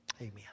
Amen